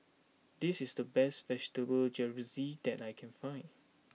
this is the best vegetable Jalfrezi that I can find